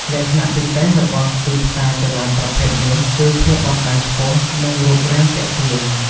លក្ខណៈពិសេសរបស់ទីផ្សារចល័តប្រភេទនេះគឺ ភាពបត់បែនខ្ពស់ និងរូបរាងទាក់ទាញ។